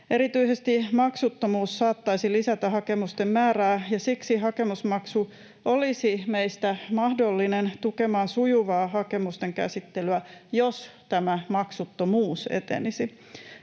Erityisesti maksuttomuus saattaisi lisätä hakemusten määrää, ja siksi hakemusmaksu olisi meistä mahdollinen tukemaan sujuvaa hakemusten käsittelyä, jos tämä muu maksuttomuus etenisi.